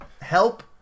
Help